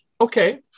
Okay